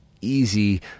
easy